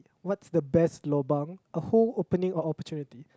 what's the best lobang a whole opening or opportunity